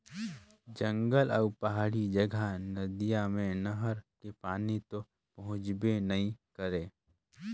जंगल अउ पहाड़ी जघा नदिया मे नहर के पानी तो पहुंचबे नइ करय